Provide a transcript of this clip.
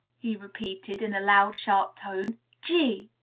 he repeated, in a loud, sharp tone, g!